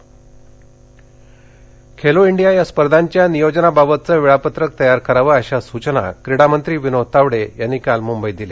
Khelo India Khelo India या स्पर्धांच्या नियोजनाबाबतचे वेळापत्रक तयार करावे अशा सूचना क्रीडामंत्री विनोद तावडे यांनी काल मुंबईत दिल्या